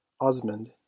osmond